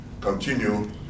continue